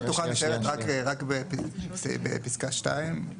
קרקע פתוחה מתקיימת רק בפסקה 2,